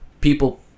people